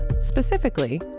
specifically